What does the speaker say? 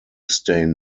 stain